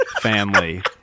family